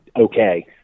okay